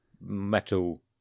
metal